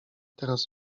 teraz